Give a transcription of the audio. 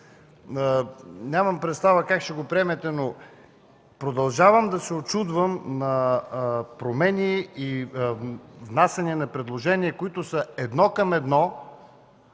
нямам представа как ще го приемете, но продължавам да се учудвам на промени и на внасяне на предложения, които са едно към едно